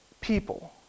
people